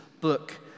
book